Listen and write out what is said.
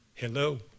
Hello